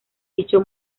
dicho